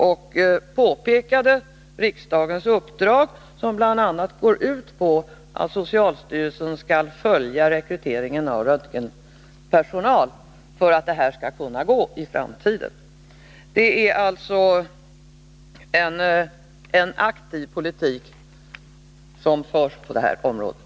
I det brevet uppmärksammades socialstyrelsen på riksdagens uppdrag, som bl.a. går ut på att socialstyrelsen skall följa frågan om rekryteringen av röntgenpersonal för att kontrollerna skall gå att genomföra i framtiden. Det är alltså en aktiv politik som förs på det här området.